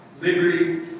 liberty